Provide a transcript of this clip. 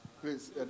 please